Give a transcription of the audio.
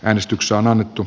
äänestyksiä on annettu